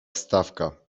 wstawka